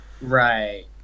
Right